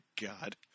God